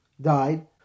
died